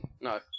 No